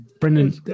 Brendan